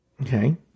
Okay